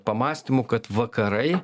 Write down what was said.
pamąstymu kad vakarai